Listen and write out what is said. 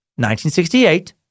1968